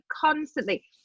constantly